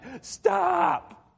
Stop